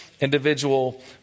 individual